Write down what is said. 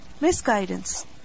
misguidance